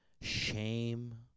shame